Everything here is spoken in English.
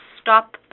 stop